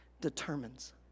determines